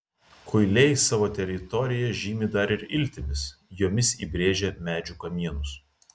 kuiliai savo teritoriją žymi dar ir iltimis jomis įbrėžia medžių kamienus